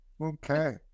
Okay